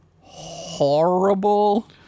horrible